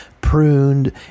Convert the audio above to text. pruned